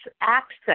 access